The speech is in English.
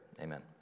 Amen